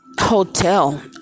hotel